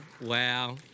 Wow